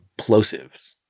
plosives